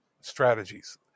strategies